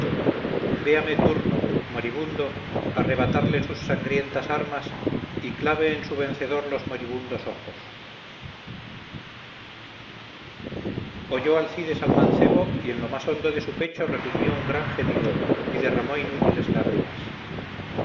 véame turno moribundo arrebatarle sus sangrientas armas y clave en su vencedor los moribundos ojos oyó alcides al mancebo y en lo más hondo de su pecho reprimió un gran gemido y derramó inútiles lágrimas